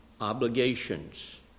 obligations